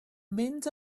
mynd